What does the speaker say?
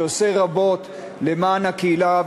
שעושה רבות למען הקהילה.